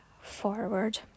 forward